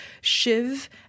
Shiv